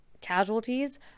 casualties